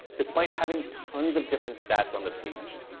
despite having tons of different stats on the page.